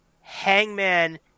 Hangman